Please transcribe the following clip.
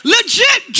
Legit